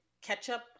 ketchup